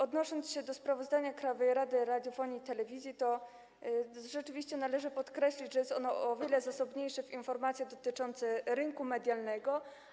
Odnosząc się do sprawozdania Krajowej Rady Radiofonii i Telewizji, należy podkreślić, że jest ono o wiele zasobniejsze w informacje dotyczące rynku medialnego.